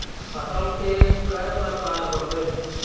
फसल के कय प्रकार होथे?